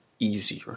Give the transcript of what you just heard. Easier